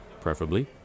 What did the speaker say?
preferably